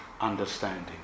understanding